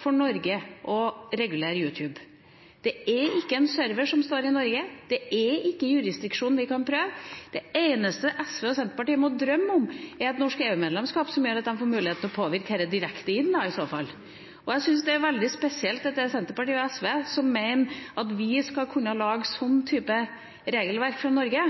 for Norge å regulere YouTube. Det er ikke en server som står i Norge. Det er ikke en jurisdiksjon vi kan prøve. Det eneste SV og Senterpartiet må drømme om, er i så fall et norsk EU-medlemskap, som gjør at de får muligheten til å påvirke dette direkte. Jeg syns det er veldig spesielt at det er Senterpartiet og SV som mener at vi skal kunne lage en slik type regelverk fra Norge.